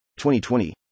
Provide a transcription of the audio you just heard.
2020